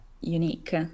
unique